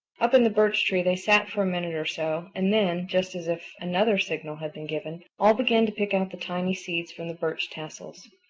up in the birch-tree they sat for a minute or so and then, just as if another signal had been given, all began to pick out the tiny seeds from the birch tassels.